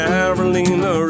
Carolina